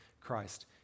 Christ